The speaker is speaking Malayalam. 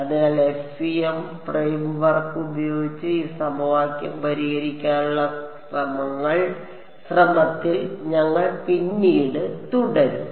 അതിനാൽ FEM ഫ്രെയിംവർക്ക് ഉപയോഗിച്ച് ഈ സമവാക്യം പരിഹരിക്കാനുള്ള ശ്രമത്തിൽ ഞങ്ങൾ പിന്നീട് തുടരും